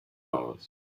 hours